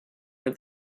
were